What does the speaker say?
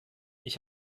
ich